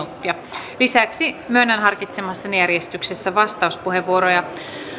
minuuttia lisäksi myönnän harkitsemassani järjestyksessä vastauspuheenvuoroja